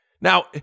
Now